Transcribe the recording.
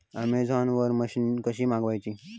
Amazon वरन machine कशी मागवची?